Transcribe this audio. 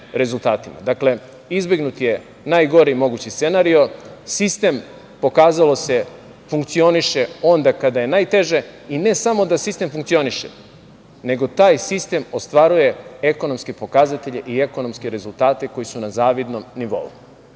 izbegnut je najgori mogući scenario, sistem pokazalo se funkcioniše onda kada je najteže i ne samo da sistem funkcioniše, nego taj sistem ostvaruje ekonomske pokazatelje i ekonomske rezultate koji su na zavidnom nivou. Znate,